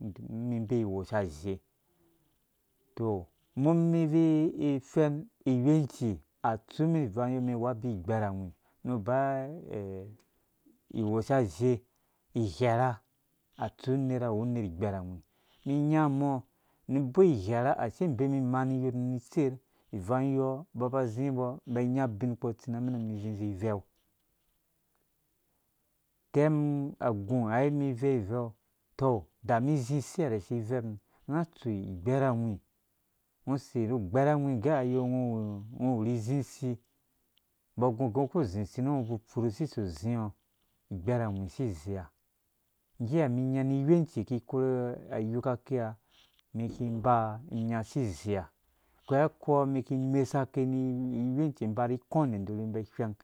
Umum ibee iwosha azhe tɔ umum ibvui ifɛn ingwɛnci atsu umɛn ivangyɔ umɛn iwu abi igbɛrangwi nu ba azhe ighɛrha atsu unera awu uner igbɛrangwi umum inya mɔ nu umbɔ ighɛrha isi ibɛm imani iyormum ni itser ivangyɔɔ umbɔ aba azimbɔ umum iba inya ubinkpo. itsi na amena mum umum izi izi ivɛu utɛn agu ai umum ivɛu ivɛu tɔ uda umum izi usi ha rɛ si ivɛnpu unga atsu igbɛrhangwi ugno usei ru ugbɛr angwi ugɛ ai o ungo uwuri izi usi umbɔ agu ugɛ ungo uku uzi usi nu ungo ufuri usi uso uziɔ igbɛrangwi si izea ngge ha umum inya ni ingwenci umum iki ikore anyuka aki ha umum iki iba inya si izea koi akɔɔ umum iki imesa kɛ ni ingwenci ibari ikɔ ner idɔrhi iba ihuweng